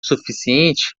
suficiente